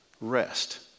Rest